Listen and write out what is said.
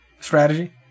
strategy